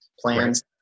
plans